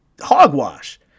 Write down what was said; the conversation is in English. hogwash